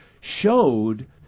showed